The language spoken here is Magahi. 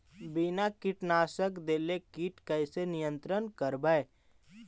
बिना कीटनाशक देले किट कैसे नियंत्रन करबै?